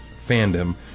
fandom